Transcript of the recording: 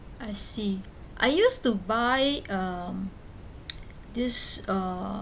I see I used to buy um this uh